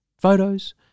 Photos